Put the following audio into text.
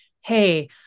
hey